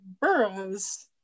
boroughs